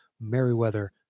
Merriweather